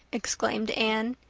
exclaimed anne.